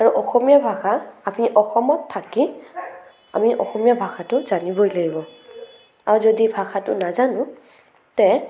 আৰু অসমীয়া ভাষা আমি অসমত থাকি আমি অসমীয়া ভাষাটো জানিবই লাগিব আৰু যদি ভাষাটো নাজানো তে